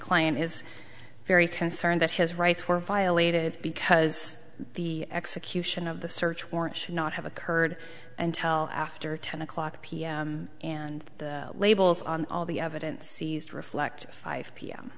client is very concerned that his rights were violated because the execution of the search warrant should not have occurred until after ten o'clock pm and the labels on all the evidence seized reflect five p